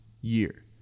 year